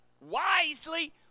wisely